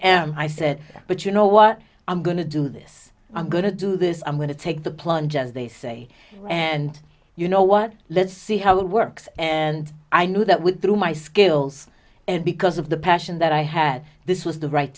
am i said but you know what i'm going to do this i'm going to do this i'm going to take the plunge as they say and you know what let's see how it works and i knew that with through my skills and because of the passion that i had this was the right